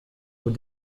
aux